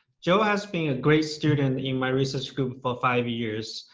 joe has been a great student in my research group for five years.